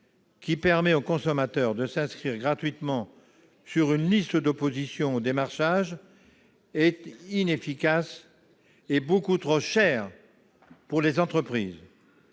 qui permet aux consommateurs de s'inscrire gratuitement sur une liste d'opposition au démarchage, est inefficace et beaucoup trop cher pour les entreprises.